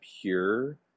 pure